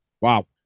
Wow